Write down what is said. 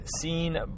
seen